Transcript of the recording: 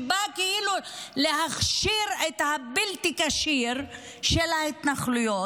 שבא להכשיר את הבלתי-כשר של ההתנחלויות,